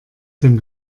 dem